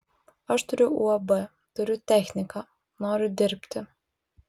aš turiu uab turiu techniką noriu dirbti